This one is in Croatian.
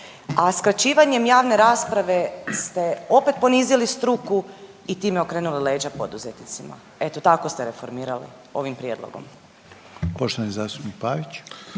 a skraćivanjem javne rasprave ste opet ponizili struku i time okrenuli leđa poduzetnicima. Eto tako ste reformirali ovim prijedlogom. **Reiner,